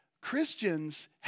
Christians